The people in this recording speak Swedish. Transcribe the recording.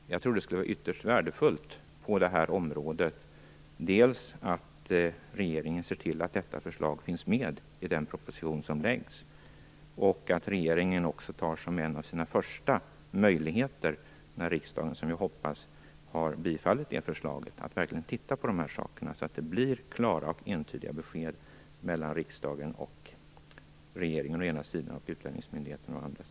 Jag tror att det skulle vara ytterst värdefullt inom det här området att regeringen ser till att detta förslag finns med i den proposition som läggs fram, och att regeringen dessutom tar en av sina första möjligheter när riksdagen, vilket vi hoppas, har bifallit detta förslag, att verkligen titta på de här sakerna så att det blir klara och entydiga besked mellan riksdagen och regeringen å den ena sidan och utlänningsmyndigheterna å den andra.